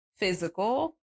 physical